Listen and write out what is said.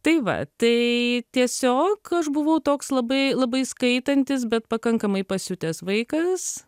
tai va tai tiesiog aš buvau toks labai labai skaitantis bet pakankamai pasiutęs vaikas